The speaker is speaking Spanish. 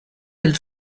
del